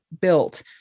built